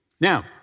Now